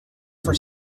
for